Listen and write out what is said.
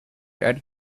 add